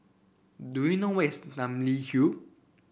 do you know where is Namly Hill